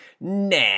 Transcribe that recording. nah